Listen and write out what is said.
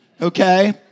okay